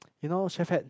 you know Chef Hat